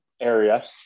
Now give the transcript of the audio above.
area